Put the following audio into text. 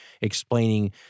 explaining